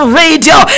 radio